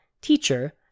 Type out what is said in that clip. Teacher